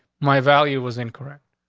my value was incorrect.